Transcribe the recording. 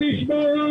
תודה רבה.